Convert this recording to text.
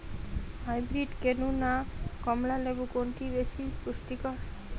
Hybrid কেনু না কমলা লেবু কোনটি বেশি পুষ্টিকর?